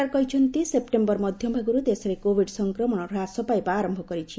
ସରକାର କହିଛନ୍ତି ସେପ୍ଟେମ୍ବର ମଧ୍ୟଭାଗରୁ ଦେଶରେ କୋବିଡ୍ ସଂକ୍ରମଣ ହ୍ରାସ ପାଇବା ଆରମ୍ଭ କରିଛି